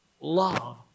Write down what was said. Love